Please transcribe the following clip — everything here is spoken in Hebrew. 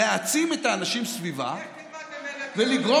להעצים את האנשים סביבה, לך תלמד ממנה,